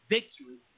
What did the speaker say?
Victory